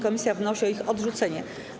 Komisja wnosi o ich odrzucenie.